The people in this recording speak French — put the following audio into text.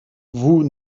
vous